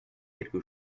quelque